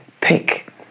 pick